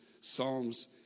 Psalms